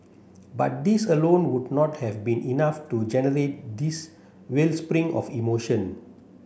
but these alone would not have been enough to generate this wellspring of emotion